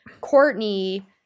Courtney